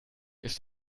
ist